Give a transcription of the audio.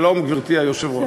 שלום, גברתי היושבת-ראש.